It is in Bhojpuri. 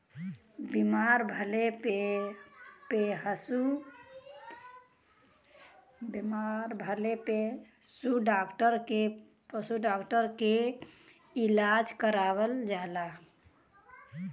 बीमार भइले पे पशु डॉक्टर से पशु के इलाज करावल जाला